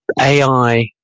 AI